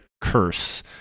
curse